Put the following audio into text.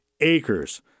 Acres